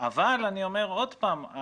אבל אני אומר עוד פעם,